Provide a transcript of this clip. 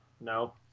No